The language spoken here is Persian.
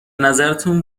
نظرتون